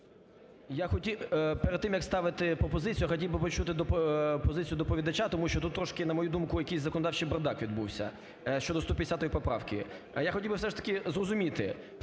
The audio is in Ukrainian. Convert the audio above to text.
Я хотів… перед тим як ставити пропозицію, я хотів би почути позицію доповідача тому що тут трошки, на мою думку, якийсь законодавчий бардак відбувся щодо 150 поправки. А я хотів би все ж таки зрозуміти,